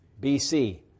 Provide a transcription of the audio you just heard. BC